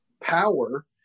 power